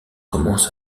commence